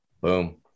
Boom